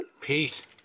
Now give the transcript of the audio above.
Pete